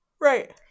Right